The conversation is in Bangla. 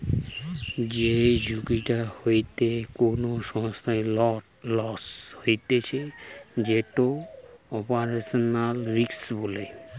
যেই ঝুঁকিটা হইতে কোনো সংস্থার লস হতিছে যেটো অপারেশনাল রিস্ক বলে